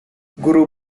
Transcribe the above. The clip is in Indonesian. guru